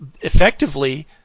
effectively